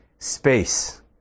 space